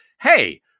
hey